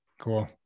cool